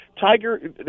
Tiger